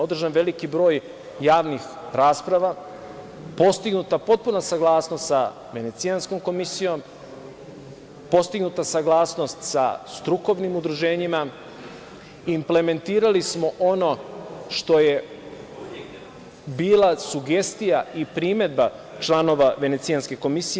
Održan je veliki broj javnih rasprava, postignuta potpuna saglasnost sa Venecijanskom komisijom, postignuta saglasnost sa strukovnim udruženjima, implementirali smo ono što je bila sugestija i primedba članova Venecijanske komisije.